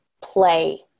play